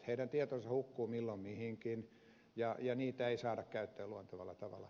heidän tietonsa hukkuvat milloin mihinkin ja niitä ei saada käyttöön luontevalla tavalla